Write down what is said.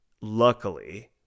Luckily